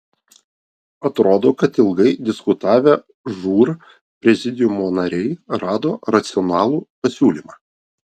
atrodo kad ilgai diskutavę žūr prezidiumo nariai rado racionalų pasiūlymą